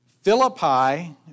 Philippi